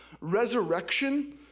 Resurrection